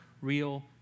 real